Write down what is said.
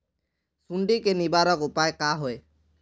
सुंडी के निवारक उपाय का होए?